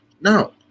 no